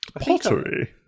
Pottery